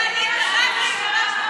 אתה עלית רק לשלוש דקות.